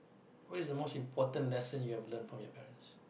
what is the most important lesson you have learn from your parents